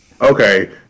Okay